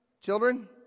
Children